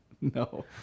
No